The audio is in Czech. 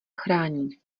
chrání